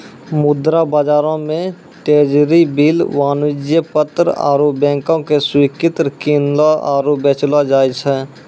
मुद्रा बजारो मे ट्रेजरी बिल, वाणिज्यक पत्र आरु बैंको के स्वीकृति किनलो आरु बेचलो जाय छै